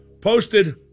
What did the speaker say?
posted